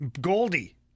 Goldie